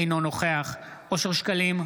אינו נוכח אושר שקלים,